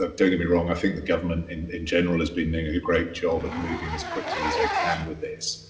look, don't get me wrong. i think the government, and in general, has been doing a great job at moving as quickly as they ah can with this.